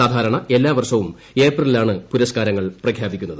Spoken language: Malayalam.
സാധാരണ എല്ലാ വർഷവും ഏപ്രിലിലാണ് പുരസ്കാരങ്ങൾ പ്രഖ്യാപിക്കുന്നത്